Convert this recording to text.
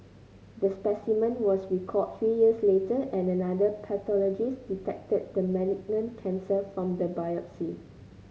the specimen was recalled three years later and another pathologist detected the malignant cancer from the biopsy